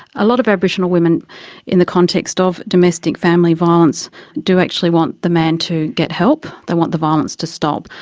a lot of aboriginal women in the context of domestic family violence do actually want the man to get help, they want the violence to stop,